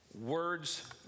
Words